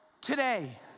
Today